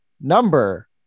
number